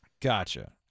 Gotcha